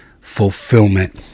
fulfillment